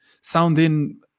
sounding